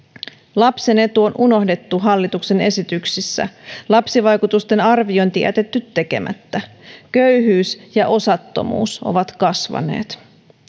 lapsen etu on unohdettu hallituksen esityksissä lapsivaikutusten arviointi on jätetty tekemättä köyhyys ja osattomuus ovat kasvaneet